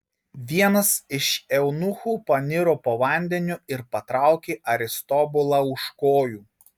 vienas iš eunuchų paniro po vandeniu ir patraukė aristobulą už kojų